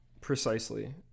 precisely